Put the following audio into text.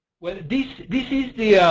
but this this is the.